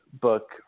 book